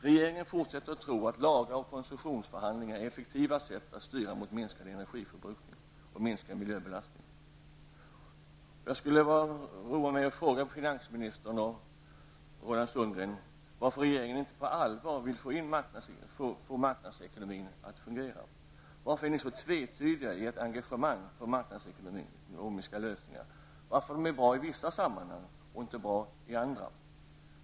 Regeringen fortsätter att tro att lagar och koncessionsförhandlingar är effektiva sätt att styra mot minskad energiförbrukning och minskad miljöbelastning. Jag vill fråga finansministern och Roland Sundgren varför regeringen inte på allvar vill få marknadsekonomin att fungera. Varför är ni så tvetydiga i ert engagemang för marknadsekonomiska lösningar? Varför är de bra i vissa sammanhang och inte bra i andra?